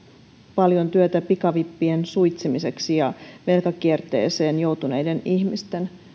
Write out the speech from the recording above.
paljon työtä pikavippien suitsemiseksi ja velkakierteeseen joutuneiden ihmisten